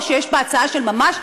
או שיש פה הצעה של ממש,